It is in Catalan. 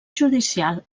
judicial